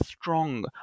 strong